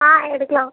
ஆ எடுக்கலாம்